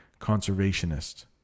conservationist